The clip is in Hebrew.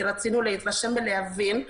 כי רצינו להתרשם ולהבין,